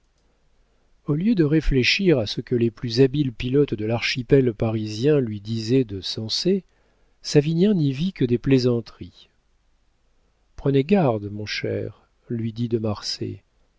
au lieu de réfléchir à ce que les plus habiles pilotes de l'archipel parisien lui disaient de sensé savinien n'y vit que des plaisanteries prenez garde mon cher lui dit de marsay